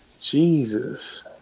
Jesus